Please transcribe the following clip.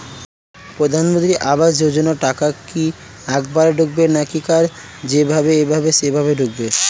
প্রধানমন্ত্রী আবাস যোজনার টাকা কি একবারে ঢুকবে নাকি কার যেভাবে এভাবে সেভাবে ঢুকবে?